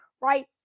right